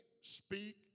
speak